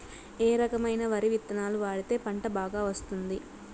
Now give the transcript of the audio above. ఏ రకమైన వరి విత్తనాలు వాడితే పంట బాగా వస్తుంది?